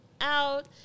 out